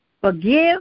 Forgive